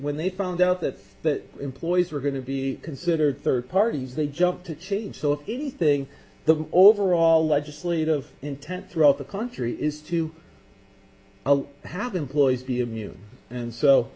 when they found out that the employees were going to be considered third parties they jump to change so if anything the overall legislative intent throughout the country is to well have employees be immune and so